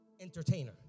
entertainer